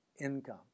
income